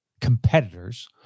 competitors